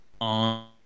on